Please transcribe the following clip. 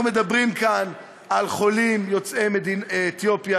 אנחנו מדברים כאן על חולים יוצאי אתיופיה,